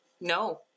no